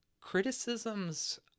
criticisms